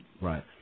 Right